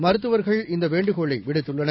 மருத்துவர்கள் இந்த வேண்டுகோளை விடுத்துள்ளனர்